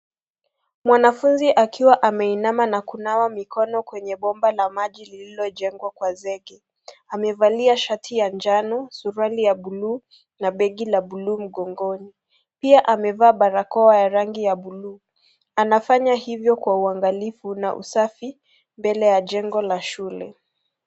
Mwanafunzi akiwa ameinama na kunawa mikono kwenye bomba la maji lililojengwa kwa zege. Amevalia shati ya njano, suruali ya buluu na begi la buluu mgongoni. Pia amevalia barakoa ya rangi ya buluu Anafanya hivyo kwa uangalifu na usafi mbele ya jengo la shule.